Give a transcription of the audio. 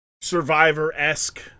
survivor-esque